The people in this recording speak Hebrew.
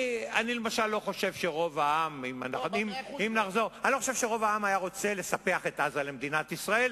אני למשל לא חושב שרוב העם היה רוצה לספח את עזה למדינת ישראל,